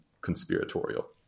conspiratorial